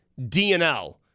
DNL